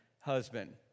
husband